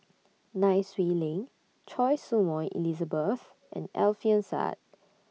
Nai Swee Leng Choy Su Moi Elizabeth and Alfian Sa'at